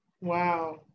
Wow